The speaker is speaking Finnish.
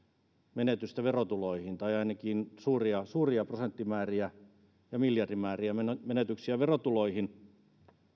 menetystä verotuloihin tai ainakin suuria suuria prosenttimääriä ja miljardimääriä menetyksiä verotuloihin